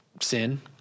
sin